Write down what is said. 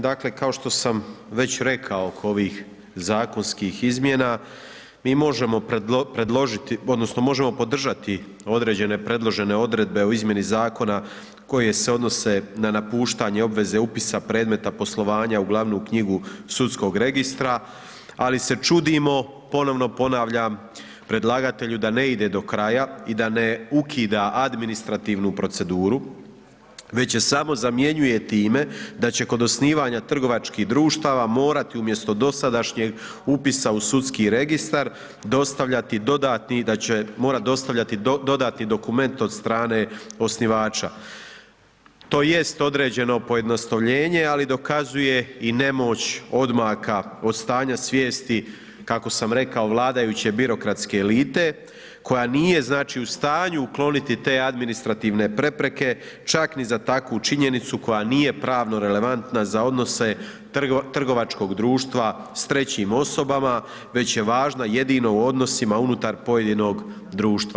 Dakle, kao što sam već rekao oko ovih zakonskih izmjena, mi možemo predložiti odnosno možemo podržati određene predložene odredbe o izmjeni zakona koje se odnose na napuštanje obveze upisa predmeta poslovanja u glavnu knjigu sudskog registra, ali se čudimo, ponovno ponavljam, predlagatelju da ne ide do kraja i da ne ukida administrativnu proceduru, već je samo zamjenjuje time da će kod osnivanja trgovačkih društava morati umjesto dosadašnjeg upisa u sudski registar dostavljati dodatni, da će morat dostavljati dodatni dokument od strane osnivača, to jest određeno pojednostavljenje, ali dokazuje i nemoć odmaka od stanja svijesti, kako sam rekao, vladajuće birokratske elite, koja nije, znači, u stanju ukloniti te administrativne prepreke, čak ni za takvu činjenicu koja nije pravno relevantna za odnose trgovačkog društva s trećim osobama, već je važna jedino u odnosima unutar pojedinog društva.